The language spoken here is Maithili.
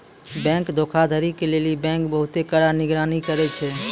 बैंक धोखाधड़ी के लेली बैंक बहुते कड़ा निगरानी करै छै